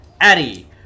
Addy